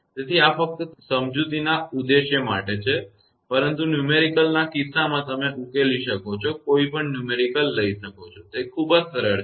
તેથી આ ફક્ત સમજૂતીના ઉદ્દેશ્ય માટે છે પરંતુ આંકડાકીયગણતરી કિસ્સામાં તમે ઉકેલી શકો તે કોઈપણ આંકડાગણતરી લઈ શકો છો તે ખરેખર ખૂબ જ સરળ છે